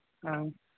ᱦᱮᱸ